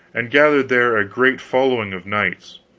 and gathered there a great following of knights.